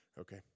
Okay